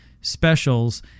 specials